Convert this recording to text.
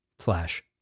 slash